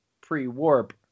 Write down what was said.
pre-warp